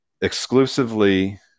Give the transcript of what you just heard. exclusively